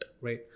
right